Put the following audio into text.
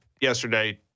yesterday